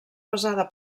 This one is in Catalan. basada